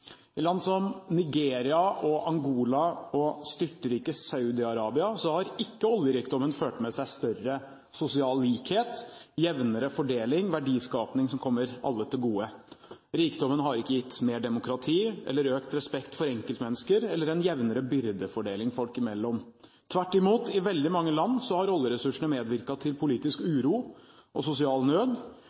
I land som Nigeria, Angola og styrtrike Saudi-Arabia har ikke oljerikdommen ført med seg større sosial likhet, jevnere fordeling og verdiskaping som kommer alle til gode. Rikdommen har ikke gitt mer demokrati, økt respekt for enkeltmennesker eller en jevnere byrdefordeling folk imellom. Tvert imot, i veldig mange land har oljeressursene medvirket til politisk uro, sosial nød